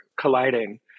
colliding